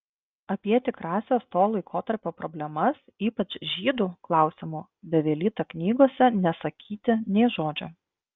apie tikrąsias to laikotarpio problemas ypač žydų klausimu bevelyta knygose nesakyti nė žodžio